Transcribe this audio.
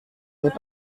n’est